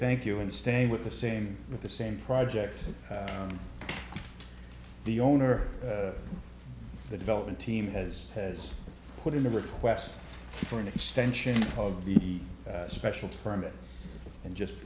thank you and stay with the same with the same project the owner of the development team has has put in a request for an extension of the special permit and just